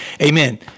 Amen